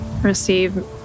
receive